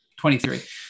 23